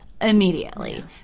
immediately